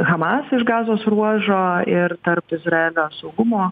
hamas iš gazos ruožo ir tarp izraelio saugumo